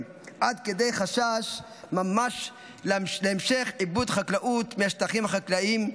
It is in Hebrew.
עד כדי חשש ממשי להמשך עיבוד חקלאות בשטחים החקלאיים,